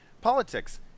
Politics